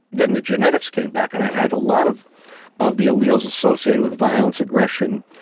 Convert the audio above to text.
then the genetics came back and i had a lot of of the alleles associated with violence, aggression,